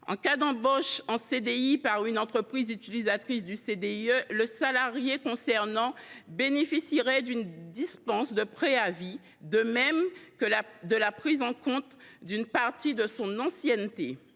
En cas d’embauche en CDI par une entreprise utilisatrice du CDIE, le salarié concerné bénéficierait d’une dispense de préavis, de même que de la prise en compte d’une partie de son ancienneté.